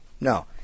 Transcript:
No